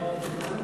סעיפים